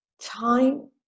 Time